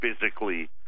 physically